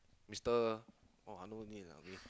mister !wah! no name ah